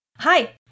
Hi